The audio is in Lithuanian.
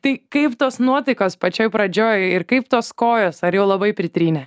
tai kaip tos nuotaikos pačioj pradžioj ir kaip tos kojos ar jau labai pritrynė